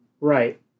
Right